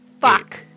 Fuck